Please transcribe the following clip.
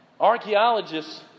archaeologists